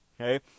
okay